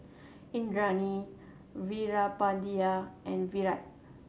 Indranee Veerapandiya and Virat